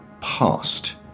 past